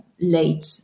late